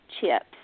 chips